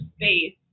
space